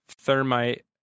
Thermite